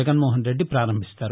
జగన్మోహన్రెడ్డి ప్రారంభిస్తారు